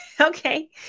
Okay